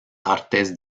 artes